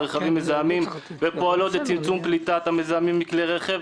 רכבים מזהמים ופועלות לצמצום פליטת המזהמים מכלי רכב